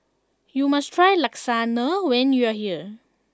you must try Lasagna when you are here